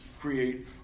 create